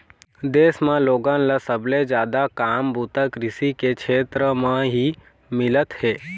देश म लोगन ल सबले जादा काम बूता कृषि के छेत्र म ही मिलत हे